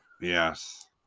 Yes